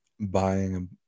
buying